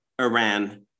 Iran